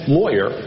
lawyer